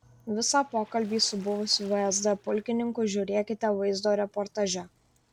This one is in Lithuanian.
visą pokalbį su buvusiu vsd pulkininku žiūrėkite vaizdo reportaže